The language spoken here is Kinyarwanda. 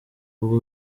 ubwo